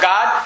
God